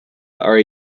are